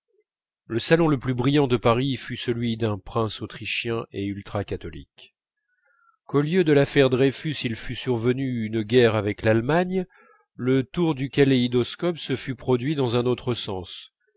le salon le plus brillant de paris fut celui d'un prince autrichien et ultra catholique qu'au lieu de l'affaire dreyfus il fût survenu une guerre avec l'allemagne le tour du kaléidoscope se fût produit dans un autre sens